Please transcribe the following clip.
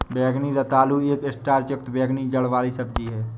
बैंगनी रतालू एक स्टार्च युक्त बैंगनी जड़ वाली सब्जी है